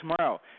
tomorrow